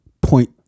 point